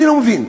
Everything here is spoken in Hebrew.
אני לא מבין,